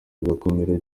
rugakomera